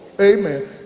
Amen